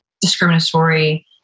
Discriminatory